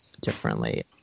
differently